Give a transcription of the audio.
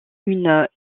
une